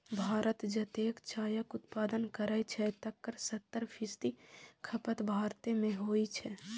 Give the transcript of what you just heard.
भारत जतेक चायक उत्पादन करै छै, तकर सत्तर फीसदी खपत भारते मे होइ छै